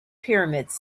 pyramids